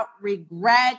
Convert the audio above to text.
regret